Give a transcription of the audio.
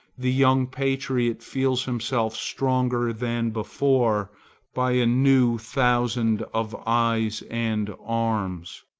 the young patriot feels himself stronger than before by a new thousand of eyes and arms.